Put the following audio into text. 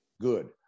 good